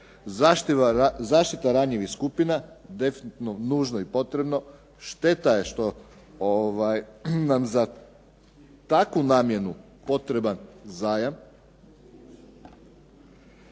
Zaštita radnih skupina definitivno nužno i potrebnO, šteta je što nam za takvu namjenu potreban zajam,